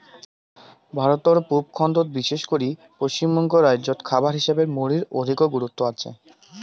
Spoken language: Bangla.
ভারতর পুব খণ্ডত বিশেষ করি পশ্চিমবঙ্গ রাইজ্যত খাবার হিসাবত মুড়ির অধিকো গুরুত্ব আচে